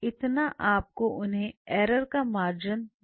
इतना आपको उन्हें एरर का मार्जिन देना होगा